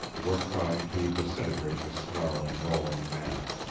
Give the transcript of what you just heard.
were trying to disintegrate the snarling, rolling mass.